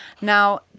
Now